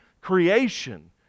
creation